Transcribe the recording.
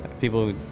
people